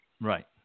Right